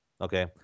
Okay